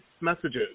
messages